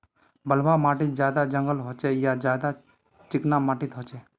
बलवाह माटित ज्यादा जंगल होचे ने ज्यादा चिकना माटित होचए?